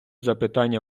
запитання